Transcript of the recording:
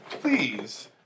please